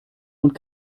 und